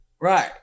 right